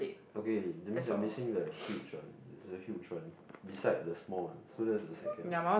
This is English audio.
okay that means you're missing the huge one there's a huge one beside the small one so that's the second one